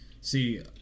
see